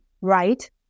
right